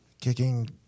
Kicking